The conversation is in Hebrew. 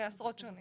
בני עשרות שנים.